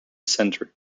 centre